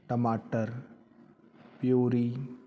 ਟਮਾਟਰ ਪਿਊਰੀ